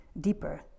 deeper